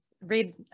read